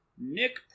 Nick